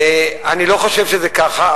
אני לא חושב שזה ככה,